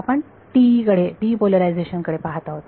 आपण TE polarization कडे पहात आहोत